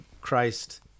Christ